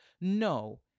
No